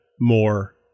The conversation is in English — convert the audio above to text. more